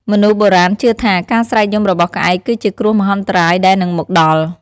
មនុស្សបុរាណជឿថា ការស្រែកយំរបស់ក្អែក គឺជាគ្រោះមហន្តរាយដែលនឹងមកដល់។